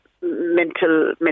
mental